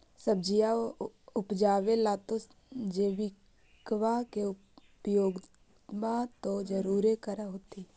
सब्जिया उपजाबे ला तो जैबिकबा के उपयोग्बा तो जरुरे कर होथिं?